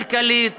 כלכלית